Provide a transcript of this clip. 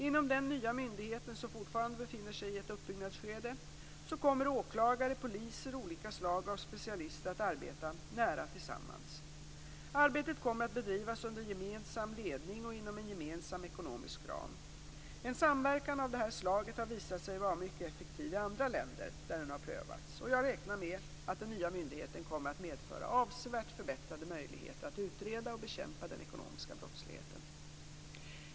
Inom den nya myndigheten, som fortfarande befinner sig i ett uppbyggnadsskede, kommer åklagare, poliser och olika slag av specialister att arbeta nära tillsammans. Arbetet kommer att bedrivas under gemensamma ledning och inom en gemensam ekonomisk ram. En samverkan av det här slaget har visat sig vara mycket effektiv i andra länder där den har prövats. Jag räknar med att den nya myndigheten kommer att medföra avsevärt förbättrade möjligheter att utreda och bekämpa den ekonomiska brottsligheten.